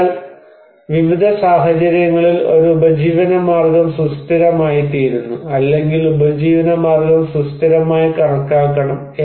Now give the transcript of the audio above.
അതിനാൽ വിവിധ സാഹചര്യങ്ങളിൽ ഒരു ഉപജീവനമാർഗം സുസ്ഥിരമായിത്തീരുന്നു അല്ലെങ്കിൽ ഉപജീവനമാർഗം സുസ്ഥിരമായി കണക്കാക്കണം